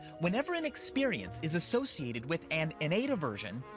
whenever an experience is associated with an innate aversion,